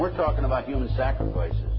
we're talking about human sacrifice